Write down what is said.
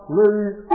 lose